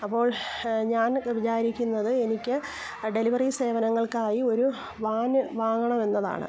അപ്പോൾ ഞാൻ വിചാരിക്കുന്നത് എനിക്ക് ഡെലിവറി സേവനങ്ങൾക്കായി ഒരു വാന് വാങ്ങണമെന്നതാണ്